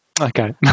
Okay